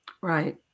Right